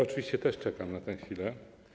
Oczywiście też czekam na tę chwilę.